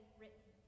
written